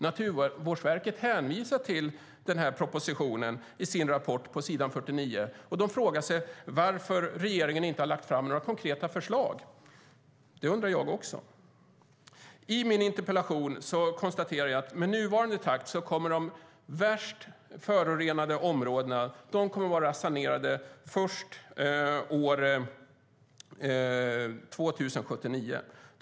Naturvårdsverket hänvisar till den här propositionen på s. 49 i sin rapport och frågar sig varför regeringen inte lagt fram några konkreta förslag. Det undrar jag också. I min interpellation konstaterar jag att de värst förorenade områdena kommer att vara sanerade först år 2079 med nuvarande takt.